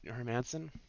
Hermanson